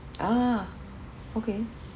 ah okay